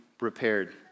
repaired